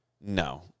No